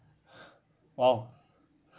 !wow!